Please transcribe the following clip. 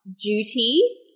duty